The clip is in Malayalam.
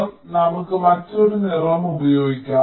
അതിനാൽ നമുക്ക് മറ്റൊരു നിറം ഉപയോഗിക്കാം